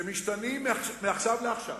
שמשתנים מעכשיו לעכשיו,